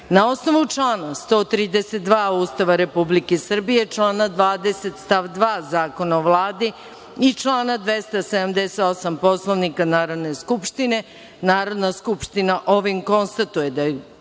osnovu člana 132. Ustava Republike Srbije, člana 20. stav 2. Zakona o Vladi i člana 278. Poslovnika Narodne skupštine, Narodna skupština ovim konstatuje da je